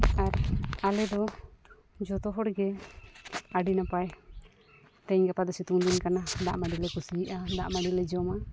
ᱟᱨ ᱟᱞᱮ ᱫᱚ ᱡᱚᱛᱚ ᱦᱚᱲᱜᱮ ᱟᱹᱰᱤ ᱱᱟᱯᱟᱭ ᱛᱮᱦᱮᱧ ᱜᱟᱯᱟ ᱫᱚ ᱥᱤᱛᱩᱝ ᱫᱤᱱ ᱠᱟᱱᱟ ᱫᱟᱜ ᱢᱟᱹᱰᱤ ᱞᱮ ᱠᱩᱥᱤᱭᱟᱜᱼᱟ ᱫᱟᱜ ᱢᱟᱹᱰᱤ ᱞᱮ ᱡᱚᱢᱟ